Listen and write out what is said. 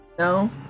No